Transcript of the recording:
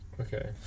okay